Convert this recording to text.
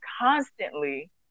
constantly